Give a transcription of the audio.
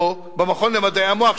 או במכון למדעי המוח,